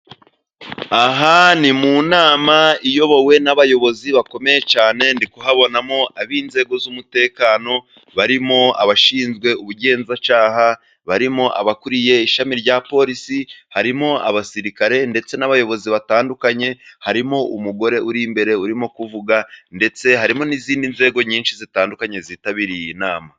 Aha ni mu nama iyobowe n'abayobozi bakomeye cyane. Ndikubonamo ab'inzego z'umutekano, barimo abashinzwe ubugenzacyaha, barimo abakuriye ishami rya polisi, harimo abasirikare ndetse n'abayobozi batandukanye, harimo umugore uri imbere urimo kuvuga, ndetse harimo n'izindi nzego nyinshi zitandukanye zitabiriye iyi nama.